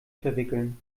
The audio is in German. verwickeln